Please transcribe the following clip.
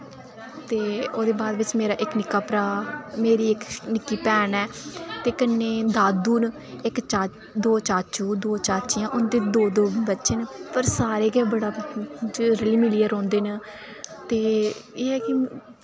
ते ओह्दे बाद बिच मेरा इक निक्का भ्रा मेरी इक निक्की भैन ऐ ते कन्नै दादू न इक चा दो चाचू दो चाचियां उं'दे दो दो बच्चे न पर सारे गै बड़ा रली मिलियै रौंह्दे न ते एह् ऐ कि